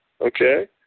Okay